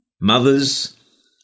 Mothers